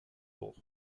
hoch